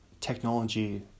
technology